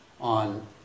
on